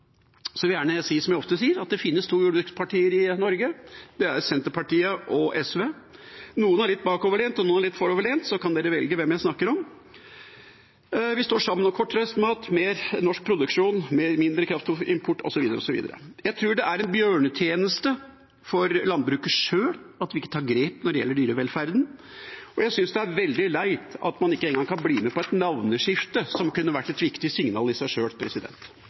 vil jeg gjerne si, som jeg ofte sier: Det finnes to jordbrukspartier i Norge. Det er Senterpartiet og SV – noen er litt bakoverlent og noen litt foroverlent – da kan dere velge hvem jeg snakker om. Vi står sammen om kortreist mat, mer norsk produksjon, mindre kraftfôrimport, osv. Jeg tror det er en bjørnetjeneste for landbruket sjøl at vi ikke tar grep når det gjelder dyrevelferden, og jeg synes det er veldig leit at man ikke engang kan bli med på et navneskifte, som kunne vært et viktig signal i seg sjøl.